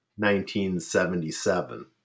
1977